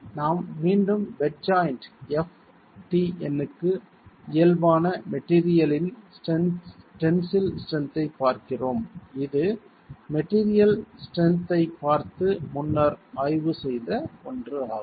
நாம் மீண்டும் பெட் ஜாய்ன்டி ftn க்கு இயல்பான மெட்டீரியல் இன் டென்சில் ஸ்ட்ரென்த் ஐப் பார்க்கிறோம் இது மெட்டீரியல் ஸ்ட்ரென்த் ஐப் பார்த்து முன்னர் ஆய்வு செய்த ஒன்று ஆகும்